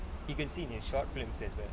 you can see in his short films as well